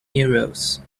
euros